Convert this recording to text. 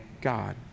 God